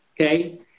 okay